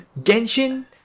Genshin